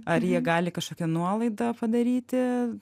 ar jie gali kažkokią nuolaidą padaryti